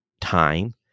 time